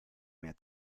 mehr